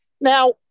Now